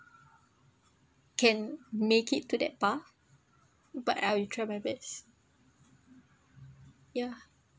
can make it to that path but I will try my best yeah